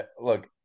Look